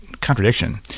contradiction